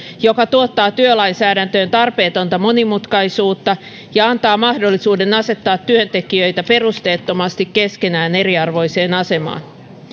joka tuottaa työlainsäädäntöön tarpeetonta monimutkaisuutta ja antaa mahdollisuuden asettaa työntekijöitä perusteettomasti keskenään eriarvoiseen asemaan